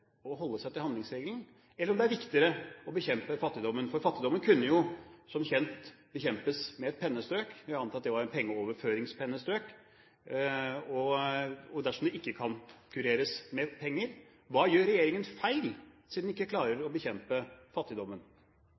å holde seg til handlingsregelen enn å bekjempe fattigdommen? Fattigdommen kunne som kjent bekjempes med et pennestrøk – jeg vil anta at det var et pengeoverføringspennestrøk – og dersom det ikke kan kureres med penger, hva gjør regjeringen feil siden den ikke klarer å bekjempe fattigdommen?